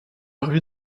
rue